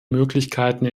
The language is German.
möglichkeiten